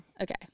okay